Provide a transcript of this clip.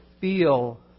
feel